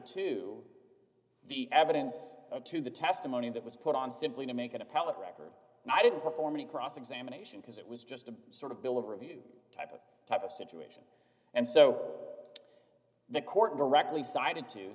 to the evidence to the testimony that was put on simply to make an appellate record and i didn't perform any cross examination because it was just a sort of bill of review type of type of situation and so the court directly cited t